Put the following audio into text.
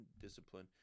discipline